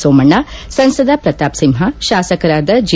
ಸೋಮಣ್ಣ ಸಂಸದ ಪ್ರತಾಪ್ ಸಿಂಹ ಶಾಸಕರಾದ ಜಿ